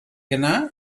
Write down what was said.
yna